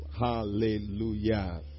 Hallelujah